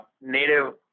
native